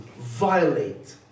violate